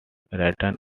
written